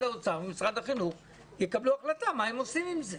האוצר או משרד החינוך יקבלו החלטה מה הם עושים עם זה.